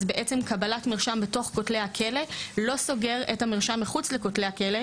אז בעצם קבלת מרשם בתוך כתלי הכלא לא סוגר את המרשם מחוץ לכותלי הכלא,